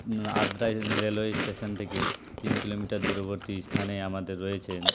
Adra railway station থেকে তিন kilometre দূরবর্তী স্থানে আমাদের রয়েছে